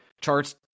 charts